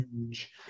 huge